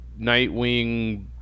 Nightwing